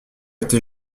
été